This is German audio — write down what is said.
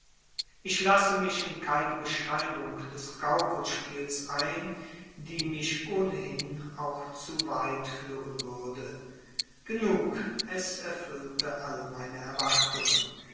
ich lasse mich in keine beschreibung des gaukelspiels ein die mich ohnehin auch zu weit führen würde genug es erfüllte alle meine erwartungen